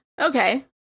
Okay